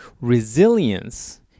Resilience